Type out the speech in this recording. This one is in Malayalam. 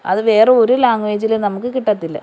അത് വേറെ ഒരു ലാങ്വേജിലും നമുക്ക് കിട്ടത്തില്ല